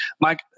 Mike